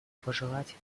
пожелать